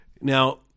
Now